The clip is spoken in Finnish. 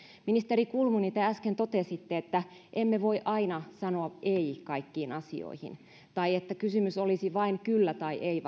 ministeri kulmuni te äsken totesitte että emme voi aina sanoa ei kaikkiin asioihin että kysymys olisi vain vastauksesta kyllä tai ei